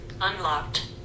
Unlocked